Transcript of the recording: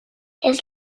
his